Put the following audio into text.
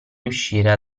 riuscire